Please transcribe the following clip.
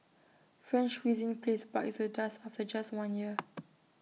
French cuisine place bites the dust after just one year